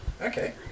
okay